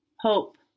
Hope